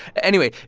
anyway,